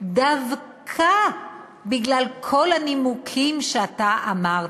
דווקא בגלל כל הנימוקים שאתה אמרת.